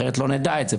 אחרת לא נדע את זה.